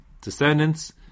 descendants